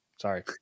Sorry